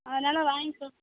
அதனால் வாங்கிக்கோ